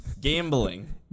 gambling